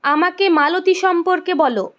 আমাকে মালতী সম্পর্কে বলো